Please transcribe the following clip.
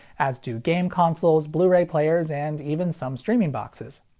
as do game consoles, blu-ray players, and even some streaming boxes.